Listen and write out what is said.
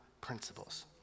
principles